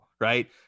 Right